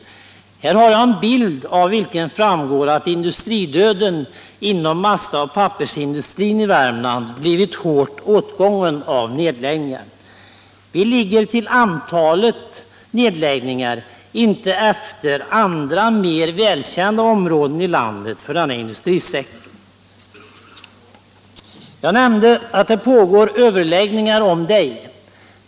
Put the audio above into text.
Här har jag en bild —- som jag visar på TV-skärmen — av vilken framgår att industridöden inom massaoch pappersindustrin i Värmland blivit omfattande. Vi ligger vad gäller antalet nedläggningar inte efter andra mer välkända områden i landet inom denna industrisektor. Jag nämnde att det pågår överläggningar om Deje.